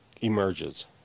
emerges